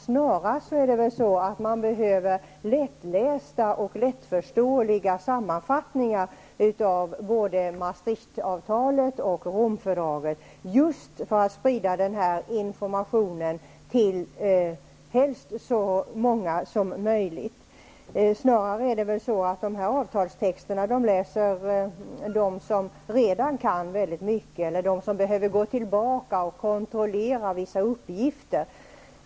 Snarare behöver man lättlästa och lättförståeliga sammanfattningar av både Maastricht-avtalet och Romfördraget, just för att sprida denna information till så många som möjligt. Det är väl snarast så att avtalstexterna läses av dem som redan kan väldigt mycket eller av dem som behöver gå tillbaka till dem för att kontrollera vissa uppgifter.